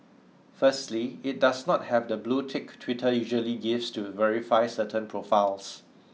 firstly it does not have the blue tick Twitter usually gives to verify certain profiles